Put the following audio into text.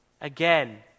again